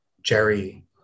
Jerry